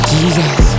Jesus